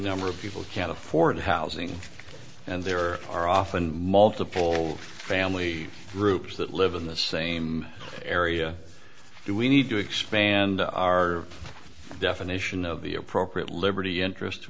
number of people can afford housing and there are often multiple family groups that live in the same area do we need to expand our definition of the appropriate liberty interest to